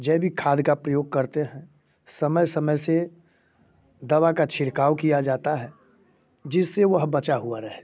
जैविक खाद का प्रयोग करते हैं समय समय से दवा का छिड़काव किया जाता है जिससे वह बचा हुआ रहे